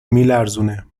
میلرزونه